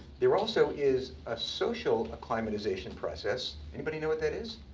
there also is a social climatization process, anybody know what that is?